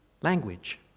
language